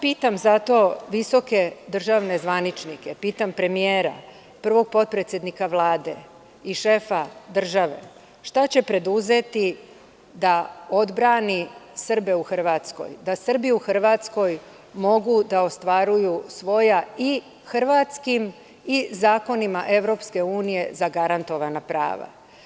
Pitam zato visoke državne zvaničnike, pitam premijera, prvog potpredsednika Vlade i šefa države, šta će preduzeti da odbrani Srbe u Hrvatskoj, da Srbi u Hrvatskoj mogu da ostvaruju svoja, i hrvatskim i zakonima EU, zagarantovana prava?